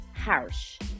harsh